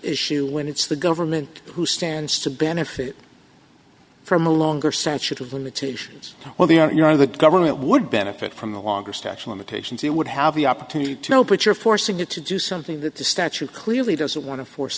issue when it's the government who stands to benefit from a longer sensitive limitations well they are you know the government would benefit from the longest actual imitations you would have the opportunity to know but you're forcing it to do something that the statute clearly doesn't want to force